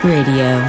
Radio